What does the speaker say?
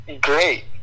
great